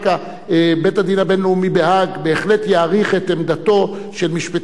בית-הדין הבין-לאומי בהאג בהחלט יעריך את עמדתו של משפטן כמו בייקר,